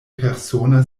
persona